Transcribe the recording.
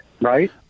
right